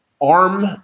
ARM